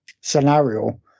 scenario